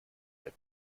der